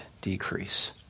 decrease